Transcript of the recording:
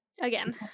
Again